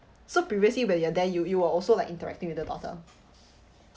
so previously when you're there you you were also like interacting with the daughter